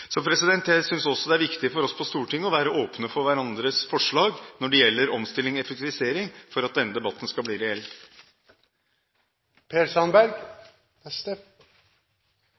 Jeg synes derfor det er viktig for oss på Stortinget å være åpne for hverandres forslag når det gjelder omstilling og effektivisering, for at denne debatten skal bli reell.